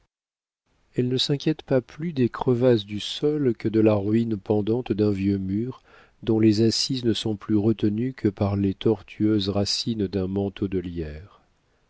elle ne s'inquiète pas plus des crevasses du sol que de la ruine pendante d'un vieux mur dont les assises ne sont plus retenues que par les tortueuses racines d'un manteau de lierre